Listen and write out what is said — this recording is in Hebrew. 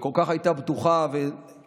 שכל כך הייתה בטוחה בו,